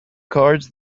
cards